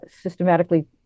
systematically